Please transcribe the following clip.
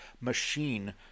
machine